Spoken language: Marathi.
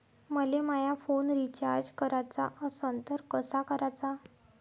मले माया फोन रिचार्ज कराचा असन तर कसा कराचा?